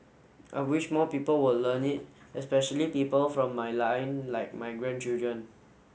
I wish more people will learn it especially people from my line like my grandchildren